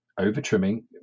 over-trimming